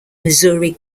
missouri